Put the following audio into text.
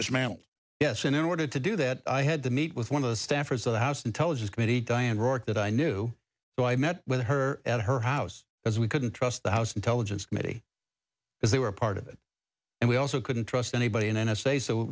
dismantled yes and in order to do that i had to meet with one of the staffers of the house intelligence committee dianne rourke that i knew so i met with her at her house as we couldn't trust the house intelligence committee because they were part of it and we also couldn't trust anybody in n